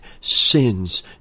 sin's